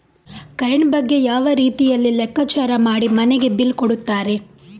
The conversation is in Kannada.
ಕರೆಂಟ್ ಬಗ್ಗೆ ಯಾವ ರೀತಿಯಲ್ಲಿ ಲೆಕ್ಕಚಾರ ಮಾಡಿ ಮನೆಗೆ ಬಿಲ್ ಕೊಡುತ್ತಾರೆ?